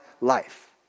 life